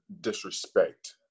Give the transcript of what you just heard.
disrespect